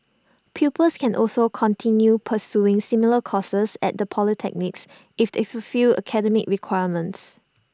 pupils can also continue pursuing similar courses at the polytechnics if they fulfil academic requirements